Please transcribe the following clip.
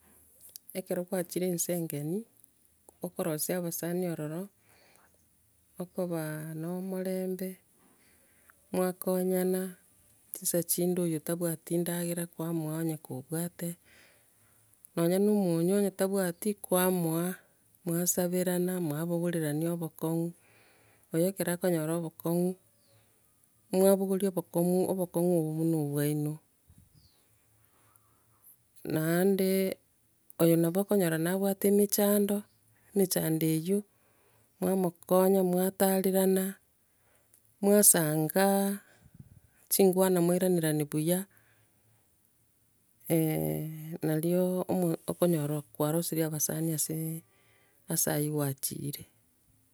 Ekero gwachire ense engeni, okorosia abasani ororo, okobaa na omorembe, mwakonyana, chinsa chinde oyio atabwati endagera kwamwoa onya ko obwato, nonya no omoonyo nonya tabwati kwamoa, mwasaberana, mwabogorerania obokong'u. Oye ekera akonyora obokong'u, mwabogoria obokomu obokong'u obwo buna obwaino. Naendee, oyo nabo okonyora na abwate emechando, emechando eywo, mwamokonya, mwatarerana, mwasanga, chinkwana mwairenarani buya nario omo- okonyora kwarosirie abasani ase aywo gwachire.